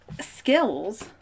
skills